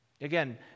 Again